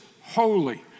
holy